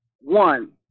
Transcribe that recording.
One